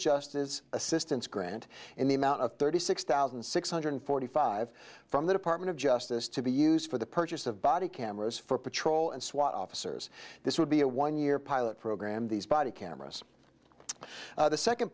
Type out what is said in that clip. as assistance grant in the amount of thirty six thousand six hundred forty five from the department of justice to be used for the purchase of body cameras for patrol and swat officers this would be a one year pilot program these body cameras the second